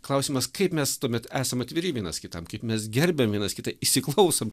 klausimas kaip mes tuomet esam atviri vienas kitam kaip mes gerbiam vienas kitą įsiklausom